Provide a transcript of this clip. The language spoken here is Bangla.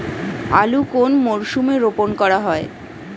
আলু কোন মরশুমে রোপণ করা হয়?